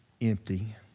empty